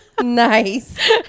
Nice